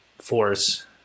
force